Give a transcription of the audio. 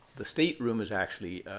the state room is actually